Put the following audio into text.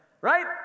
Right